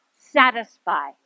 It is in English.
satisfy